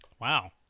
Wow